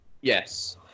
Yes